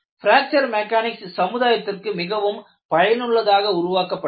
fracture mechanics சமுதாயத்திற்கு மிகவும் பயனுள்ளதாக உருவாக்கப்பட்டது